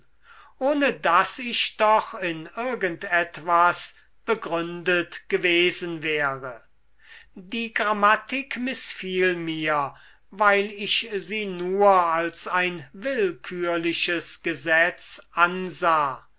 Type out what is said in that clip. ohne daß ich doch in irgend etwas begründet gewesen wäre die grammatik mißfiel mir weil ich sie nur als ein willkürliches gesetz ansah